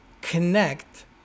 connect